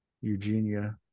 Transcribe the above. Eugenia